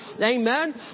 Amen